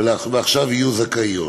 ועכשיו הן יהיו זכאיות.